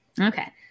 Okay